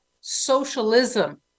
socialism